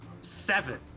seven